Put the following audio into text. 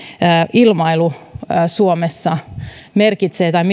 ilmailu suomessa merkitsee tai